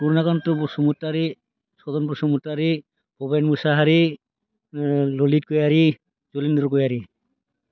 Kurnakanth Basumatary Sagan Basumatary Baben Mushahary Lalith Goyary Jalindra' Goyary